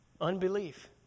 Unbelief